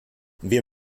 wir